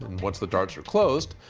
once the darts were closed,